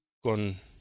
Con